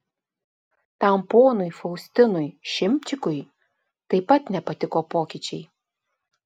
tam ponui faustinui šimčikui taip pat nepatiko pokyčiai